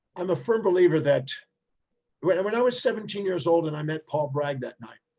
i'm a firm believer that when and when i was seventeen years old and i met paul bragg that night,